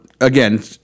again